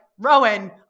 Rowan